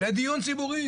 לדיון ציבורי,